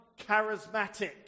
charismatic